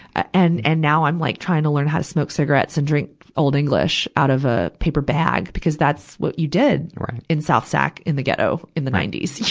and, and now i'm like trying to learn how to smoke cigarettes and drink olde english out of a paper bag because that's what you did in south sac in the ghetto in the ninety s, you